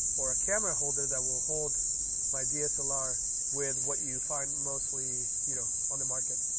or a camera holder that will hold my dslr with what you find mostly, you know, on the market.